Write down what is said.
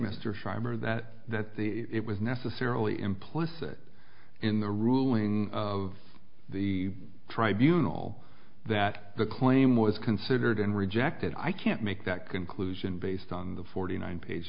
schreiber that it was necessarily implicit in the ruling of the tribunals that the claim was considered and rejected i can't make that conclusion based on the forty nine page